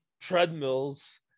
treadmills